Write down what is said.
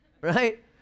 right